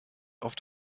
oft